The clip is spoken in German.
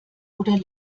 oder